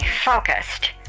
focused